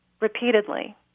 repeatedly